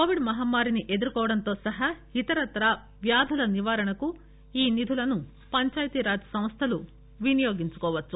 Covid మహమ్మారిని ఎదుర్కోవడంతో సహా ఇతరత్రా వ్యాధుల నివారణకు ఈ నిధులను పంచాయితీరాజ్ సంస్థలు వినియోగించుకోవచ్చు